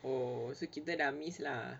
oh so kita dah dah missed lah